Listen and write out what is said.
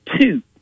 two